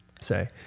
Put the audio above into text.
say